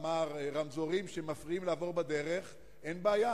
לו "רמזורים שמפריעים לעבור בדרך" אין בעיה.